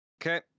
Okay